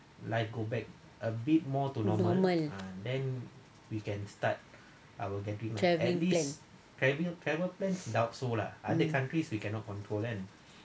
to normal travelling plan mm